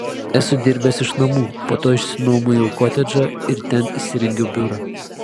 esu dirbęs iš namų po to išsinuomojau kotedžą ir ten įsirengiau biurą